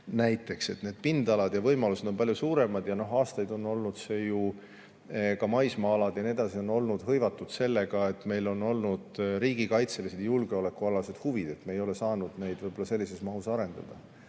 näiteks. Need pindalad ja võimalused on palju suuremad. Ja aastaid on olnud ju ka maismaa-alad ja nii edasi hõivatud sellega, et meil on olnud riigikaitselised ja julgeolekualased huvid, me ei ole saanud neid sellises mahus arendada.